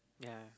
yeah